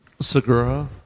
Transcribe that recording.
Segura